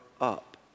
up